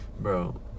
Bro